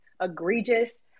egregious